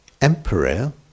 emperor